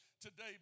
today